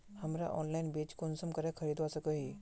हमरा ऑनलाइन बीज कुंसम करे खरीदवा सको ही?